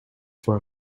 for